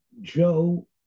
Joe